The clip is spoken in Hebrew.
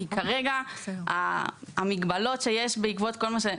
כרגע, המגבלות שיש בעקבות כל מה שיש.